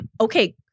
okay